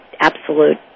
absolute